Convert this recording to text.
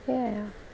সেয়াই আৰু